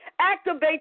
activate